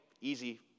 easy